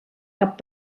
cap